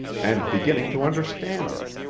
and beginning to understand it.